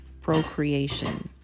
procreation